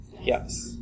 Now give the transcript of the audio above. Yes